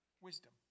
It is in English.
wisdom